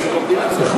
היו מקבלים את זה?